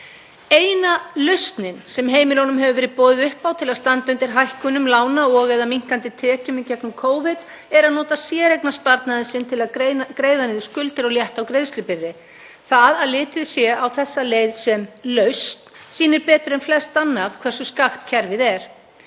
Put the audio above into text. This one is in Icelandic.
Eina lausnin sem heimilunum hefur verið boðið upp á til að standa undir hækkunum lána og/eða minnkandi tekjum í gegnum Covid er að nota séreignarsparnaðinn sinn til að greiða niður skuldir og létta á greiðslubyrði. Það að litið sé á þessa leið sem lausn sýnir betur en flest annað hversu skakkt kerfið er.